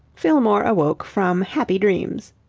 fillmore awoke from happy dreams.